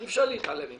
אי אפשר להתעלם ממנה.